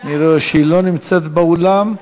אני רואה שהיא לא נמצאת באולם,